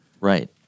Right